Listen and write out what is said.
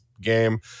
game